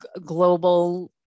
global